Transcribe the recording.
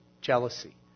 jealousy